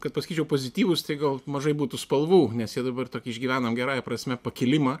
kad pasakyčiau pozityvūs tai gal mažai būtų spalvų nes jie dabar tokį išgyvena gerąja prasme pakilimą